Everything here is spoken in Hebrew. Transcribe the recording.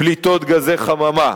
פליטות גזי חממה,